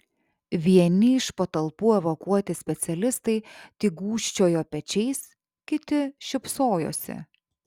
vieni iš patalpų evakuoti specialistai tik gūžčiojo pečiais kiti šypsojosi